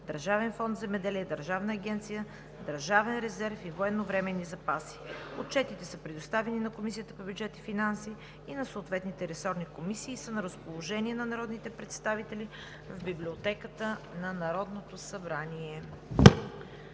Държавния фонд „Земеделие“, Държавната агенция „Държавен резерв и военновременни запаси“. Отчетите са предоставени на Комисията по бюджет и финанси и на съответните ресорни комисии и са на разположение на народните представители в Библиотеката на Народното събрание.